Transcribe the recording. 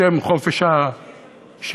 בשם חופש השידור.